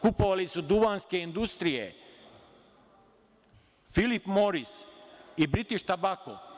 Kupovali su duvanske industrije: „Filip Moris“ i „Britiš tabako“